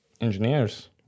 engineers